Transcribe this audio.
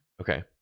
Okay